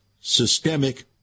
systemic